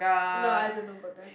no I don't know but then